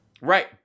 Right